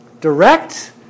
direct